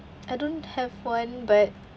I don't have one but